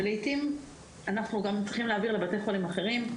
ולעתים אנחנו גם צריכים להעביר לבתי חולים אחרים,